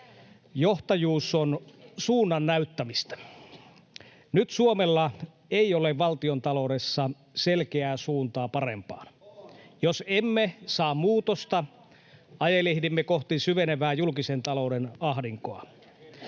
Johtajuus on suunnan näyttämistä. Nyt Suomella ei ole valtiontaloudessa selkeää suuntaa parempaan. [Ben Zyskowicz: On!] Jos emme saa muutosta, ajelehdimme kohti syvenevää julkisen talouden ahdinkoa.